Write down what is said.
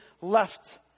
left